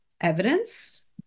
evidence